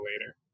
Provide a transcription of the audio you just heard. later